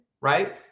right